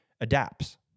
adapts